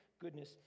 goodness